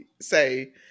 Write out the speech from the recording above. say